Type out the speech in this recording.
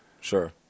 sure